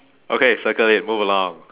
okay circle it move along